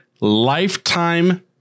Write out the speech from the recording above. lifetime